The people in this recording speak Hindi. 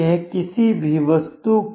यह किसी भी वस्तु की